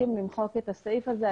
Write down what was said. למחוק את הסעיף הזה.